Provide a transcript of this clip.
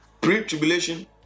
Pre-tribulation